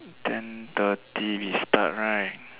ten thirty we start right